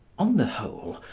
on the whole,